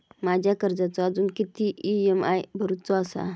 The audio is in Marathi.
माझ्या कर्जाचो अजून किती ई.एम.आय भरूचो असा?